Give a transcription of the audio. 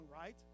Right